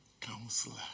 Counselor